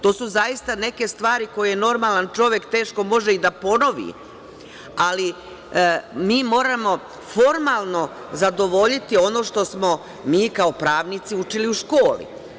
To su zaista neke stvari koje normalan čovek teško može i da ponovi, ali mi moramo formalno zadovoljiti ono što smo mi kao pravnici učili u školi.